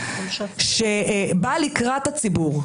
שבאה לקראת הציבור,